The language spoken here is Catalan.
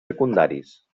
secundaris